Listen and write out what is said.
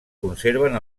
conserven